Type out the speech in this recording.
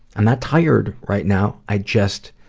i'm not tired right now i just,